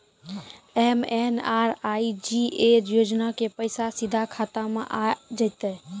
MNREGA योजना के पैसा सीधा खाता मे आ जाते?